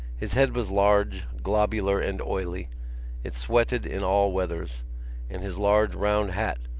his head was large, globular and oily it sweated in all weathers and his large round hat,